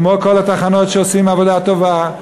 כמו כל התחנות שעושות עבודה טובה.